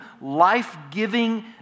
life-giving